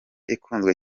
ikunzwe